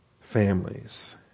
families